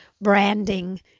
branding